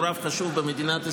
הוא רב חשוב במדינת ישראל,